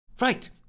Right